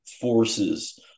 forces